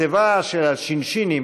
בתיבה של השינשינים